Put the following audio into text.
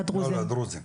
לדרוזים.